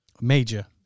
major